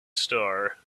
star